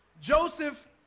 Joseph